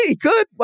good